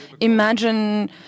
imagine